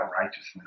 righteousness